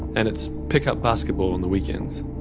and it's pickup basketball on the weekends,